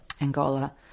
Angola